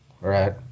Right